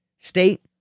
State